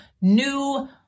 new